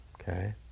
okay